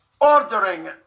Ordering